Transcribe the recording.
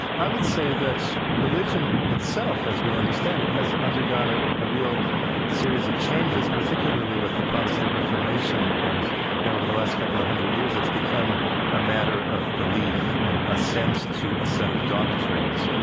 i would say that religion itself, as we understand it, has undergone ah a real series of changes, particularly with the protestant reformation. and now over the last couple of hundred years, it's become a matter of belief and assent to a set of doctrines.